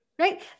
right